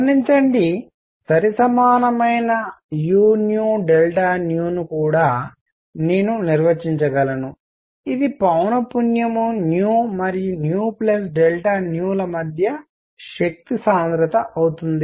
గమనించండి సరిసమానమైన uను కూడా నేను నిర్వచించగలను ఇది పౌనఃపున్యంఫ్రీక్వెన్సీ మరియు ల మధ్య శక్తి సాంద్రత అవుతుంది